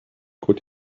could